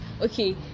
okay